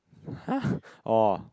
!huh! oh